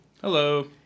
Hello